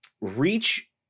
Reach